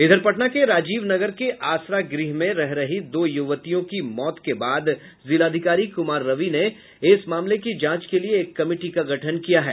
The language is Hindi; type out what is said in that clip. इधर पटना के राजीव नगर के आसरा गृह में रह रही दो युवतियों की मौत के बाद जिलाधिकारी कुमार रवि ने इस मामले की जांच के लिए एक कमिटी का गठन किया है